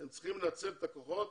הם צריכים לנצל את הכוחות